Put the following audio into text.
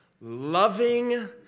loving